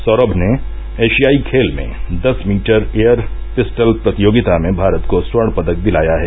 सौरम ने एशियाई खेल में दस मीटर एयर पिस्टल प्रतियोगिता में भारत को स्वर्ण पदक दिलाया है